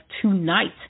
tonight